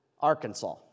Arkansas